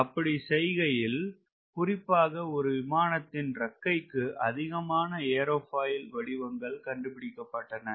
அப்படி செய்கையில் குறிப்பாக ஒரு விமானத்தின் இறக்கைக்கு அதிகமான ஏரோபாயில் வடிவங்கள் கண்டுபிடிக்கப்பட்டன